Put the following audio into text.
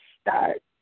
start